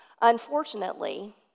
Unfortunately